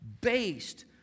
based